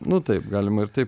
nu taip galima ir taip